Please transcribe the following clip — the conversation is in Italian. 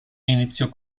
iniziò